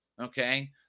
okay